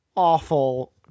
awful